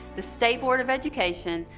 the state board of education,